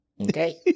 Okay